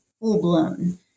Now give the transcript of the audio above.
full-blown